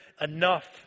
enough